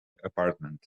apartment